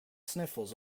sniffles